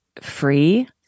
free